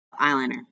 Eyeliner